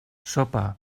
sopa